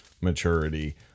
maturity